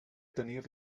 tenir